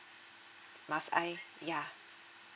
must I yeah